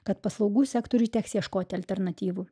kad paslaugų sektoriui teks ieškoti alternatyvų